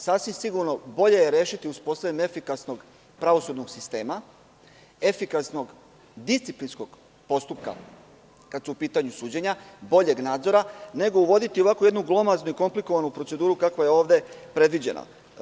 Sasvim sigurno, bolje je rešiti uspostavljanjem efikasnog pravosudnog sistema, efikasno disciplinskog postupka kad su u pitanju suđenja, boljeg nadzora, nego uvoditi jednu glomaznu i komplikovanu proceduru, kakva je ovde predviđena.